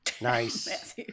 Nice